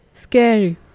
Scary